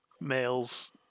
males